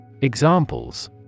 Examples